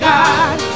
God